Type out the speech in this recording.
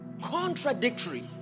contradictory